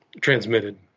transmitted